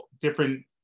different